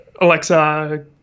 Alexa